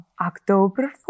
October